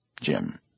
Jim